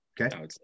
Okay